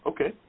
Okay